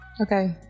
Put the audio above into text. Okay